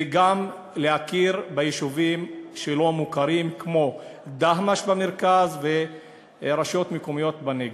וגם להכיר ביישובים שלא מוכרים כמו דהמש במרכז ורשויות מקומיות בנגב.